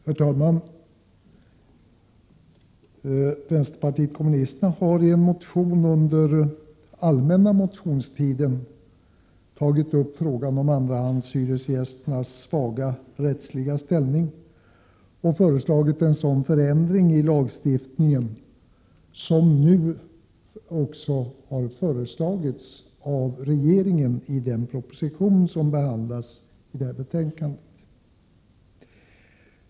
Herr talman! Vänsterpartiet kommunisterna har i en motion under allmänna motionstiden tagit upp frågan om andrahandshyresgästernas svaga rättsliga ställning och föreslagit sådan förändring av lagstiftningen som nu föreslås av regeringen i propositionen som behandlas i betänkandet.